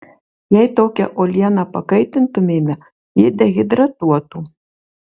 jei tokią uolieną pakaitintumėme ji dehidratuotų